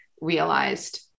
realized